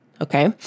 Okay